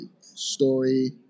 story